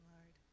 Lord